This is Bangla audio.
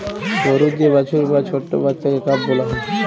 গরুর যে বাছুর বা ছট্ট বাচ্চাকে কাফ ব্যলা হ্যয়